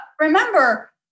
remember